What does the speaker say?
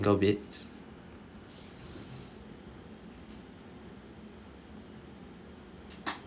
yup